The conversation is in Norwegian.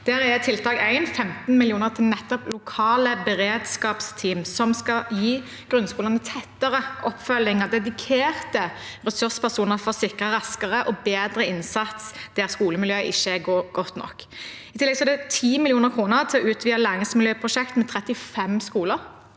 tiltak. Tiltak én er 15 mill. kr til nettopp lokale beredskapsteam som skal gi grunnskolene tettere oppfølging av dedikerte ressurspersoner for å sikre raskere og bedre innsats der skolemiljøet ikke er godt nok. I tillegg er det 10 mill. kr til å utvide Læringsmiljøprosjektet med 35 skoler.